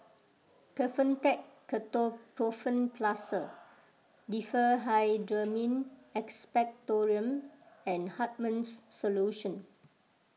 Kefentech Ketoprofen Plaster Diphenhydramine Expectorant and Hartman's Solution